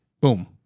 boom